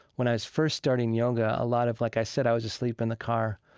when i was first starting yoga, a lot of, like i said, i was asleep in the car.